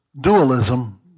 Dualism